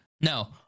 no